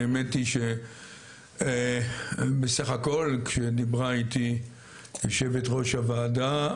האמת היא שבסך הכול כשדיברה איתי יושבת ראש הוועדה,